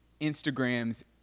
Instagram's